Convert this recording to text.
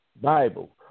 Bible